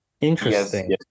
Interesting